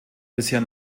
bisher